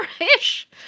ish